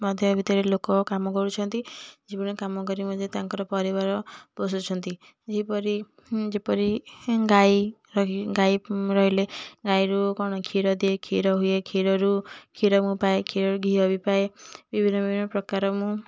ମଧ୍ୟ ଭିତରେ ଲୋକ କାମ କରୁଛନ୍ତି ଜୀବନରେ କାମ କରି ମଧ୍ୟ ତାଙ୍କ ପରିବାର ପୋଷୁଛନ୍ତି ଯେପରି ହୁଁ ଯେପରି ଗାଈ ଗାଈ ରହିଲେ ଗାଈରୁ କ'ଣ କ୍ଷୀର ଦିଏ କ୍ଷୀର ହୁଏ କ୍ଷୀରରୁ କ୍ଷୀର ମୁଁ ପାଏ କ୍ଷୀରରୁ ଘିଅ ମୁଁ ପାଏ ବିଭିନ୍ନ ବିଭିନ୍ନ ପ୍ରକାର ମୁଁ